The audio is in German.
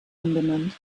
umbenannt